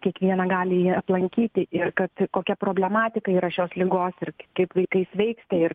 kiekvieną gali ji aplankyti ir kad kokia problematika yra šios ligos ir kaip vaikai sveiksta ir